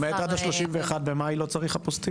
כלומר עד 31.5 לא צריך אפוסטיל?